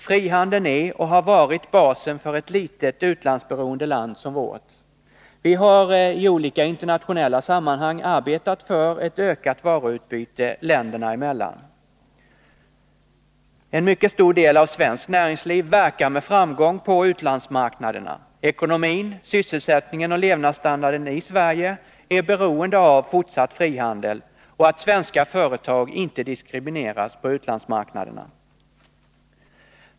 Frihandeln är och har varit basen för ett litet, utlandsberoende land som vårt. Vi har i olika internationella sammanhang arbetat för ett ökat varuutbyte länderna emellan. En mycket stor del av svenskt näringsliv verkar med framgång på utlandsmarknaderna. Ekonomin, sysselsättningen och levnadsstandarden i Sverige är beroende av fortsatt frihandel och att svenska företag inte diskrimineras på utlandsmarknaderna.